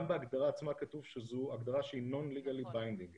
גם בהגדרה עצמה כתוב שזו הגדרה שהיא אינה מחייבת מבחינה חוקית.